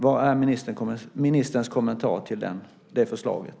Vad är ministerns kommentar till det förslaget?